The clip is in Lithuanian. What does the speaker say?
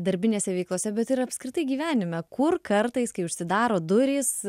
darbinėse veiklose bet ir apskritai gyvenime kur kartais kai užsidaro durys